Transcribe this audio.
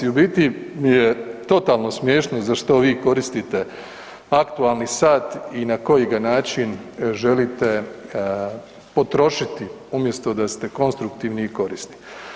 U biti je totalno smiješno za što vi koristite aktualni sat i na koji ga način želite potrošiti umjesto da ste konstruktivni i korisni.